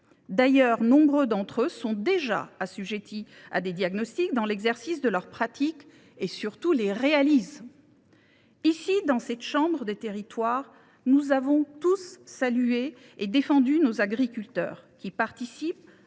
D’ailleurs, nombre d’entre eux sont déjà assujettis à des diagnostics dans l’exercice de leurs pratiques – surtout, ils les réalisent. Ici, dans cette chambre des territoires, nous avons tous salué et défendu nos agriculteurs, qui participent